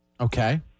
Okay